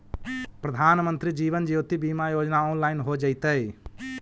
प्रधानमंत्री जीवन ज्योति बीमा योजना ऑनलाइन हो जइतइ